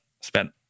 spent